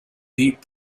deep